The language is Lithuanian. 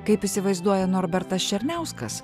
kaip įsivaizduoja norbertas černiauskas